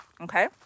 Okay